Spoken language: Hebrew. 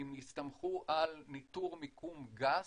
אם יסתמכו על ניטור מיקום גס,